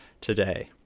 today